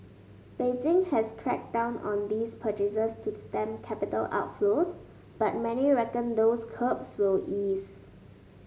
Beijing has cracked down on these purchases to stem capital outflows but many reckon those curbs will ease